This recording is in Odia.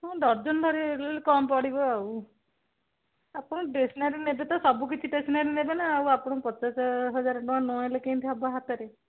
ହଁ ଡର୍ଜନ ଧରି କମ୍ ପଡ଼ିବ ଆଉ ଆପଣ ଷ୍ଟେସନାରୀ ନେବେ ତ ସବୁ କିଛି ଷ୍ଟେସନାରୀ ନେବେ ନା ଆଉ ଆପଣଙ୍କୁ ପଚାଶ ହଜାର ଟଙ୍କା ନ ଆଣିଲେ କେମିତି ହବ ହାତରେ